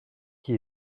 qui